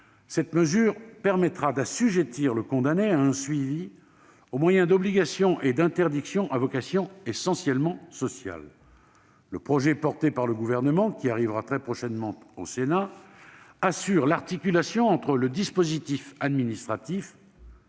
Celle-ci permettra d'assujettir le condamné à un suivi au moyen d'obligations et d'interdictions à vocation essentiellement sociale. Le projet défendu par le Gouvernement, qui sera bientôt examiné au Sénat, assure l'articulation entre le dispositif administratif-